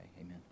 Amen